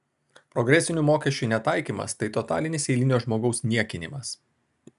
progresinių mokesčių netaikymas tai totalinis eilinio žmogaus niekinimas